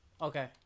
Okay